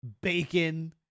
bacon